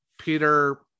Peter